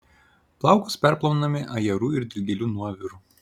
plaukus perplauname ajerų ir dilgėlių nuoviru